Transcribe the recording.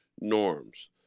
norms